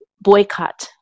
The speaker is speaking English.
boycott